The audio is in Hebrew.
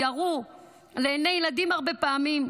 או ירו לעיני ילדים הרבה פעמים.